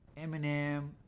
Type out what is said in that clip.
Eminem